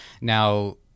now